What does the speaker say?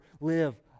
live